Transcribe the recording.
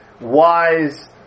wise